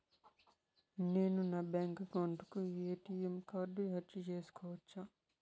నేను నా bank account కు ఎ.టి.ఎం కార్డు అర్జీ సేసుకోవచ్చా?